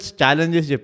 challenges